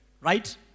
right